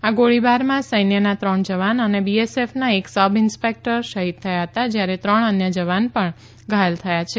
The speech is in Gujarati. આ ગોળીબારમાં સૈન્યના ત્રણ જવાન અને બીએસએફના એક સબ ઇન્સ્પેક્ટર શહીદ થયા છે જ્યારે ત્રણ અન્ય જવાન પણ ઘાયલ થયા છે